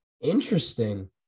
Interesting